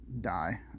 die